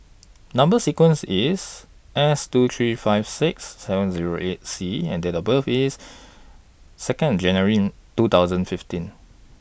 Number sequence IS S two three five six seven Zero eight C and Date of birth IS two January two thousand fifteen